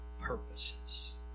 purposes